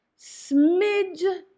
smidge